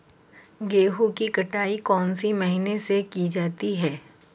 गेहूँ की कटाई कौनसी मशीन से की जाती है?